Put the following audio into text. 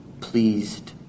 pleased